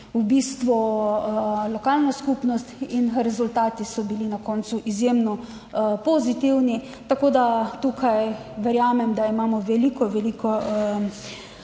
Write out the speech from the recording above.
v bistvu lokalna skupnost in rezultati so bili na koncu izjemno pozitivni. Tako da tukaj verjamem, da imamo veliko, veliko